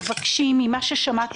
מבקשים, ממה ששמעתי